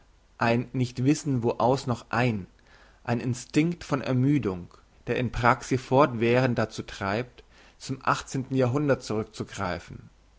ein nicht wissen wo aus noch ein ein instinkt von ermüdung der in praxi fortwährend dazu treibt zum achtzehnten jahrhundert zurückzugreifen